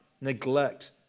neglect